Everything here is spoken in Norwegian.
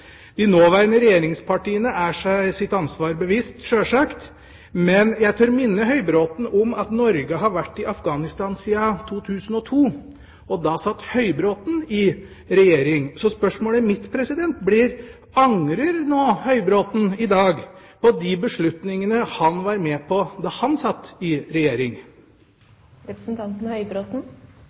De nåværende regjeringspartiene er seg sitt ansvar bevisst, sjølsagt, men jeg tør minne Høybråten om at Norge har vært i Afghanistan siden 2002, og da satt Høybråten i regjering. Så spørsmålet mitt blir: Angrer Høybråten i dag på de beslutningene han var med på da han satt i